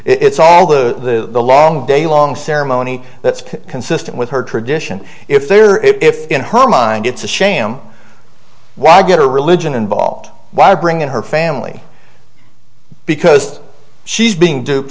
it's all the long day long ceremony that's consistent with her tradition if there if in her mind it's a sham why get her religion involved why bring in her family because she's being duped